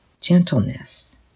gentleness